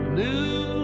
new